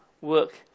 work